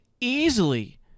easily